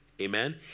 amen